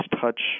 touch